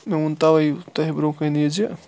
مےٚ ووٚن تَوے تۄہہِ برونٛہہ کَنہِ یہِ زِ